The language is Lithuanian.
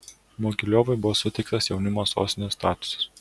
mogiliovui buvo suteiktas jaunimo sostinės statusas